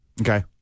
Okay